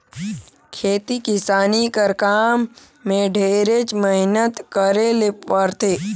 खेती किसानी कर काम में ढेरेच मेहनत करे ले परथे